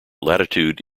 latitude